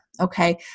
Okay